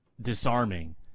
disarming